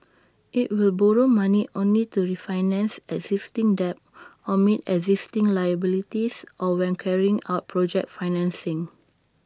IT will borrow money only to refinance existing debt or meet existing liabilities or when carrying out project financing